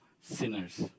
sinners